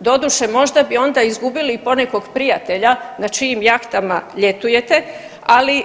Doduše možda bi onda izgubili i ponekog prijatelja na čijim jahtama ljetujete, ali